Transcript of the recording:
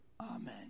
Amen